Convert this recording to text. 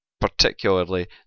particularly